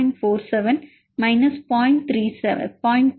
3 கழித்தல் 0